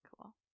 Cool